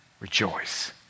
rejoice